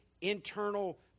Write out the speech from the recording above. internal